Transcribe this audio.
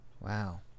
Wow